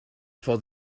for